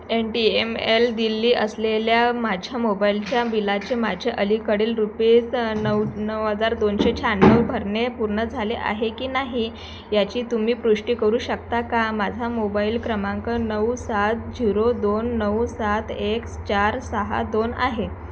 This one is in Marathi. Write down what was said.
N T M L Delhi असलेल्या माझ्या मोबाईलच्या बिलाचे माझे अलीकडील रुपेज नऊ नऊ हजार दोनशे छ्याण्णव भरणे पूर्ण झाले आहे की नाही याची तुम्ही पुष्टी करू शकता का माझा मोबाईल क्रमांक नऊ सात झिरो दोन नऊ सात एक चार सहा दोन आहे